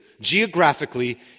geographically